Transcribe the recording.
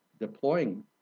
deploying